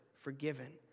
forgiven